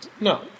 No